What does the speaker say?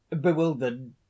bewildered